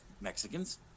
Mexicans